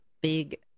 big